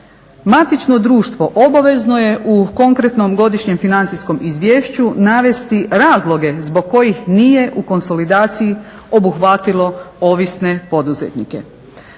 matično društvo obavezno je u konkretnom godišnjem financijskom izvješću navesti razloge zbog kojih nije u konsolidaciji obuhvatilo ovisne poduzetnike.